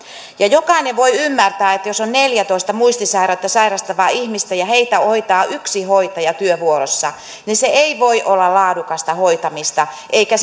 jokainen voi ymmärtää että jos on neljätoista muistisairautta sairastavaa ihmistä ja heitä hoitaa yksi hoitaja työvuorossa niin se ei voi olla laadukasta hoitamista eikä